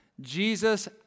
Jesus